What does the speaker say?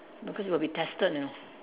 because we'll be tested you know